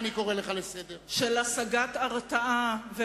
אני קורא אותך לסדר פעם ראשונה.